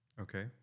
Okay